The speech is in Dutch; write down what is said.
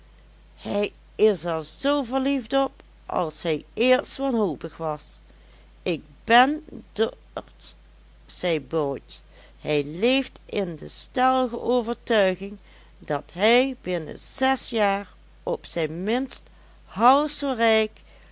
hij is er zoo verliefd op als hij eerst wanhopig was k ben d rs zei bout hij leeft in de stellige overtuiging dat hij binnen zes jaar op zijn minst half zoo rijk